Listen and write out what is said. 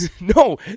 No